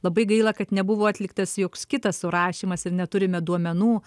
labai gaila kad nebuvo atliktas joks kitas surašymas ir neturime duomenų